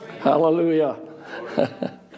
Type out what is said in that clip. Hallelujah